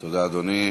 תודה, אדוני.